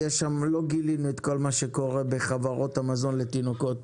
לא גילינו את כל מה שקורה בחברות המזון לתינוקות,